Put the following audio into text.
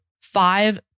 five